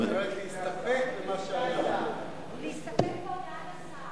היא אומרת להסתפק, להסתפק בהודעת השר.